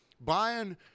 buying